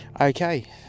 Okay